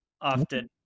often